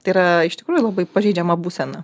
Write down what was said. tai yra iš tikrųjų labai pažeidžiama būsena